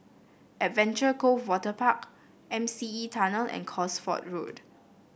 Adventure Cove Waterpark M C E Tunnel and Cosford Road